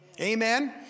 Amen